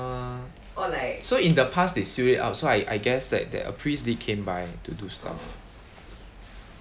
err so in the past they sealed it up so I I guess that a priest to do stuff